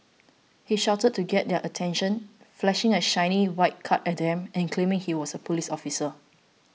he shouted to get their attention flashing a shiny white card at them and claiming he was a police officer